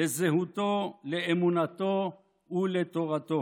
לזהותו, לאמונתו ולתורתו